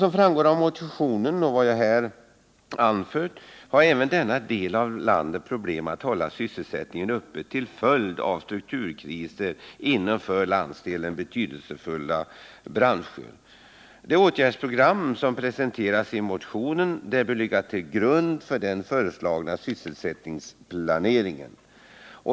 Som framgår av motionen och av vad jag här anfört har även denna del av landet problem med att hålla sysselsättningen uppe till följd av strukturkriser inom för landsdelen betydelsefulla branscher. Det åtgärdsprogram som presenteras i motionen bör ligga till grund för den föreslagna sysselsättningsplaneringen.